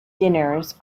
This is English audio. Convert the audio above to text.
dinners